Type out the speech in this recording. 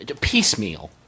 piecemeal